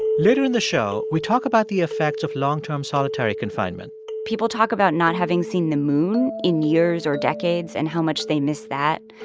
later in the show, we talk about the effects of long-term solitary confinement people talk about not having seen the moon in years or decades and how much they miss that.